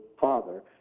father